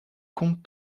compte